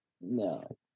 No